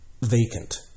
vacant